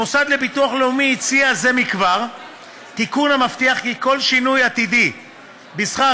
המוסד לביטוח לאומי הציע זה מכבר תיקון המבטיח כי כל שינוי עתידי בשכר